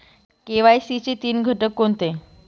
KYC चे तीन घटक कोणते आहेत?